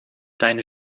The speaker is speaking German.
deine